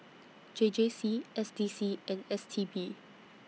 J J C S D C and S T B